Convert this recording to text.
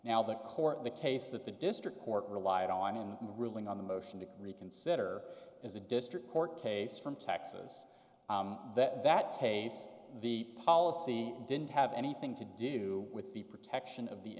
now that court the case that the district court relied on in the ruling on the motion to reconsider is a district court case from texas that that case the policy didn't have anything to do with the protection of the